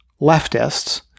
leftists—